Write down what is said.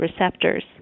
receptors